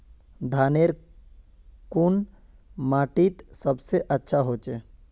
धानेर कुन माटित सबसे अच्छा होचे?